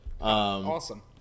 Awesome